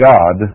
God